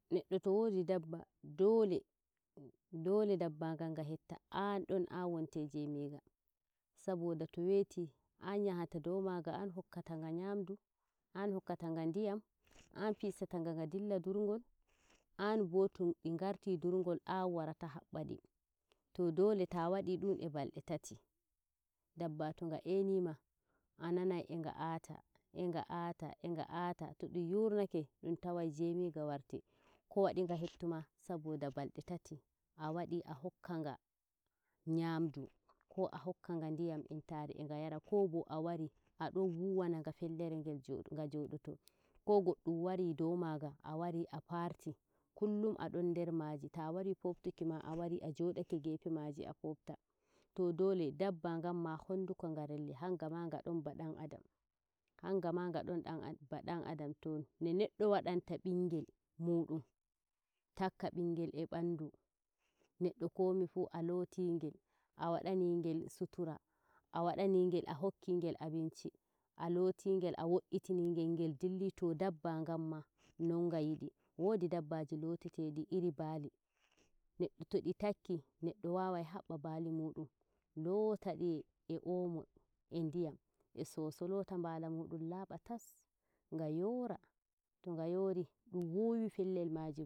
neɗɗo to woodi dabba, dole dole dabba ngan nga hetta an on wonte joomigah saboda to weyti an yahata dow maaga an hokka ta nga nyamdu, an hokka ta nga ndiyam an fista tanga nga dilla durgol, an bo to di ngarti ndurgol an warta habba di to dole taa wadi dum e balde tati dabba to nga einiima ananai e nga aata, e nga aata. e nga aata. to dun yurnake dum tawai jominga warti. ko wadi nga hettuma? saboda balde tati a wadi a hokka nga nyamdu ko a hoka nga nɗiyam entaare e nga yara ko bo a wari a don wuwa na nga fellere nga jodoto ko goddum wari dow maaga a wari a farti. kullum a don nder maaji, toa wari foftuki ma a wari a jodake gefo maaji a fofta to doole dabba ngam ma honduko relli, hangama nga don ba dan adam hangama nga don ba dan adam. to no nneddo wadanta bingel mudum takka bingel e banɗu, neddo komi fu a looti ngel, a wada ningel sutura a hokki ngel abinci, a looti ngel a weitini ngel ngel dilli to dabba ngan ma non nga yidi. wodi dabbaji looto to di, iri baali. neɗɗo to di takki. neɗɗo wawai habba baali mudun looata di e omo e ndiyam e soso, loota nbali mudum aaba tas. nga yoora. to nga yori dum wuuwa pellal maaji